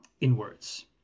inwards